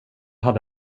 hade